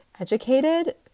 educated